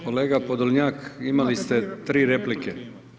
Kolega Podolnjak imali ste 3 replike.